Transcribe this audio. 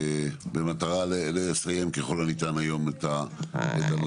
במטרה לסיים ככל הניתן היום את הנושאים.